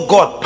God